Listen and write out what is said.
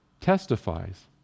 testifies